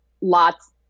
Lots